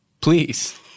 please